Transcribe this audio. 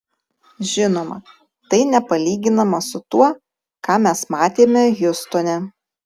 žinoma tai nepalyginama su tuo ką mes matėme hjustone